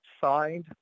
signed